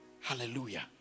Hallelujah